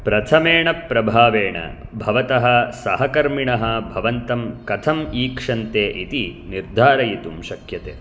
प्रथमेण प्रभावेण भवतः सहकर्मिणः भवन्तं कथम् ईक्षन्ते इति निर्धारयितुं शक्यते